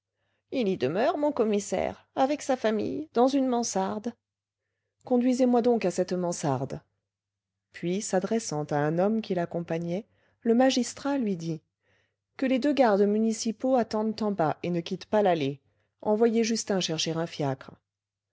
il y demeure mon commissaire avec sa famille dans une mansarde conduisez-moi donc à cette mansarde puis s'adressant à un homme qui l'accompagnait le magistrat lui dit que les deux gardes municipaux attendent en bas et ne quittent pas l'allée envoyez justin chercher un fiacre